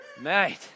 Mate